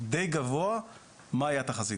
די גבוה מה היא התחזית.